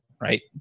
right